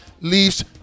leaves